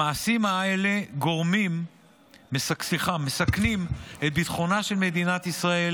המעשים האלה מסכנים את ביטחונה של מדינת ישראל